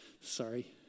Sorry